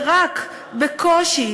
ורק בקושי,